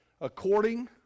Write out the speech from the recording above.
According